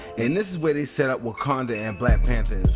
and this when they setup wakanda and black panther as